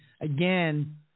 Again